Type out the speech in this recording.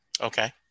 Okay